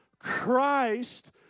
Christ